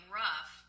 rough